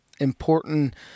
important